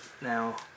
Now